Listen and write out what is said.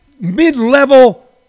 mid-level